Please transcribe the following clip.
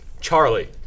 Charlie